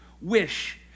wish